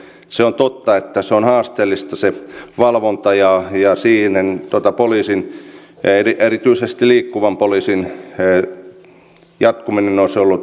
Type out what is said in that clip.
se on totta että on haasteellista se valvonta ja siihen poliisin erityisesti liikkuvan poliisin jatkuminen olisi ollut tärkeää